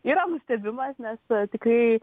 yra nustebimas nes tikrai